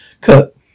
Cut